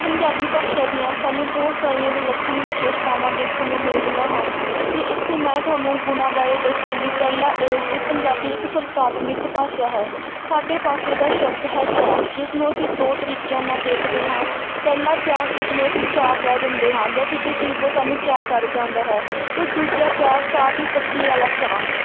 ਪੰਜਾਬੀ ਭਾਸ਼ਾ ਦੀਆਂ ਸਾਨੂੰ ਬਹੁਤ ਸਾਰੀਆਂ ਵਿਲੱਖਣ ਵਿਸ਼ੇਸ਼ਤਾਵਾਂ ਦੇਖਣ ਨੂੰ ਮਿਲਦੀਆਂ ਹਨ ਅਤੇ ਇੱਥੇ ਮੈਂ ਤੁਹਾਨੂੰ ਗੁਣਾਂ ਬਾਰੇ ਦੱਸਾਂਗੀ ਪਹਿਲਾਂ ਇਹ ਕਿ ਪੰਜਾਬੀ ਇੱਕ ਸੁਰਤਾਤਮਿਕ ਭਾਸ਼ਾ ਹੈ ਸਾਡੇ ਪਾਸੇ ਦਾ ਸ਼ਬਦ ਹੈ ਚਾਅ ਜਿਸ ਨੂੰ ਅਸੀਂ ਦੋ ਤਰੀਕਿਆਂ ਨਾਲ਼ ਦੇਖਦੇ ਹਾਂ ਪਹਿਲਾਂ ਚਾਅ ਜਿਸਨੂੰ ਅਸੀਂ ਚਾਅ ਕਹਿ ਦਿੰਦੇ ਹਾਂ ਜਾਂ ਕਿਸੇ ਚੀਜ਼ ਦਾ ਸਾਨੂੰ ਚਾਅ ਚੜ੍ਹ ਜਾਂਦਾ ਹੈ ਅਤੇ ਦੂਜਾ ਚਾਹ ਚਾਹ ਦੀ ਪੱਤੀ ਵਾਲਾ ਚਾਹ